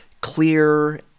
clear